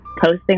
posting